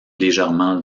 légèrement